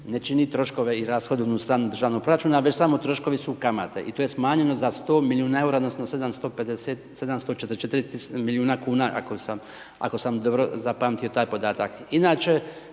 ne čini troškove i rashodovnu stranu državnog proračuna već samo troškovi su kamate i to je smanjeno za 100 milijuna eura odnosno 744 milijuna kuna, ako sam dobro zapamtio taj podatak.